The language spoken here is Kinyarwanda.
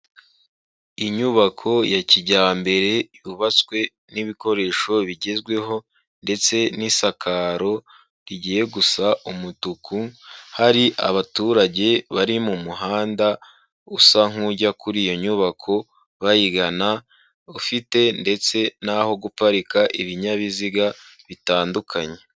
Inyubako ya kijyambere, yubatswe n'ibikoresho bigezweho, ndetse n'isakaro rigiye gusa umutuku, hari abaturage bari mu muhanda usa nk'ujya kuri iyo nyubako bayigana, ufite ndetse n'aho guparika ibinyabiziga bitandukanye.